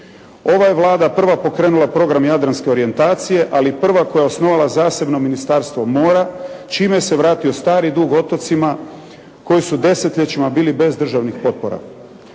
Ova je Vlada prva pokrenula program jadranske orijentacije ali i prva koja je osnovala zasebno Ministarstvo mora čime se vratio stari dug otocima koji su desetljećima bili bez državnih potpora.